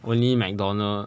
only mcdonald